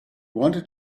wanted